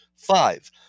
Five